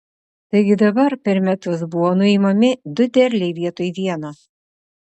taigi dabar per metus buvo nuimami du derliai vietoj vieno